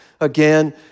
again